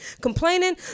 complaining